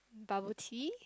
bubble tea